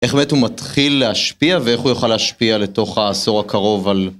איך באמת הוא מתחיל להשפיע ואיך הוא יוכל להשפיע לתוך העשור הקרוב על...